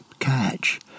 catch